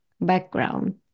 background